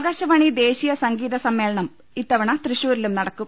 ആകാശവാണി ദേശീയസംഗീതസമ്മേളനം ഇത്തവണ തൃശൂ രിലും നടക്കും